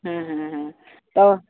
ହୁଁ ହୁଁ ତ